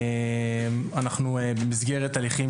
במסגרת הליכים